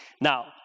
Now